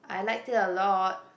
I liked it a lot